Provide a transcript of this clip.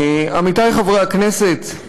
עמיתי חברי הכנסת,